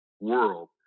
world